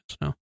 No